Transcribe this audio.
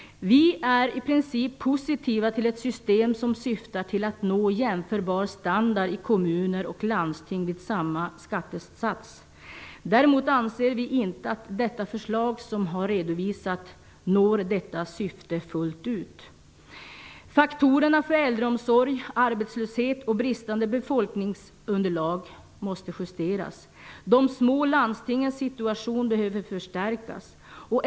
Vi är i princip positiva till ett system som syftar till att nå jämförbar standard i kommuner och landsting vid samma skattesats. Däremot anser vi inte att det förslag som redovisats når detta syfte fullt ut. Faktorerna för äldreomsorg, arbetslöshet och bristande befolkningsunderlag måste justeras. De små landstingens situation behöver förstärkas.